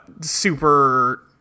super